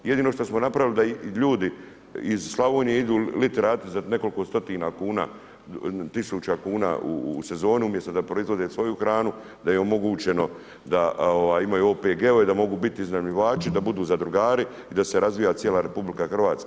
Jedino što napravili da ljudi iz Slavonije idu ... raditi za nekoliko stotina kuna, tisuća kuna u sezonu, umjesto da proizvode svoju hranu, da je omogućeno da imaju OPG-ove, da mogu biti iznajmljivači, da budu zadrugari i da se razvija cijela RH.